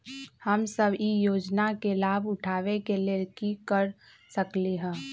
हम सब ई योजना के लाभ उठावे के लेल की कर सकलि ह?